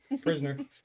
prisoner